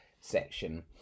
section